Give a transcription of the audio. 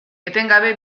etengabe